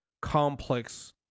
complex